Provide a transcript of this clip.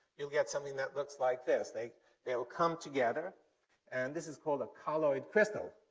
you'll get something that looks like this. they'll they'll come together and this is called a colloid crystal.